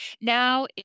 now